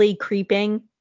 creeping